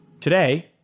Today